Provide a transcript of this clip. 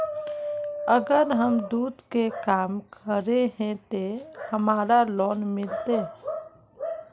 अगर हम दूध के काम करे है ते हमरा लोन मिलते?